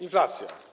Inflacja.